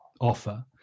offer